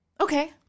Okay